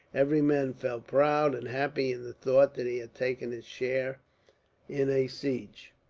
every man felt proud, and happy in the thought that he had taken his share in a siege,